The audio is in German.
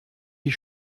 die